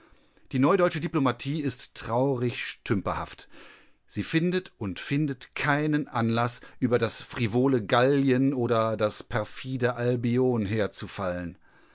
die neudeutsche diplomatie ist traurig stümperhaft sie findet und findet keinen anlaß über das frivole gallien oder das perfide albion